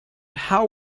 how